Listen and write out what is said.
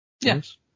yes